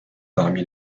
parmi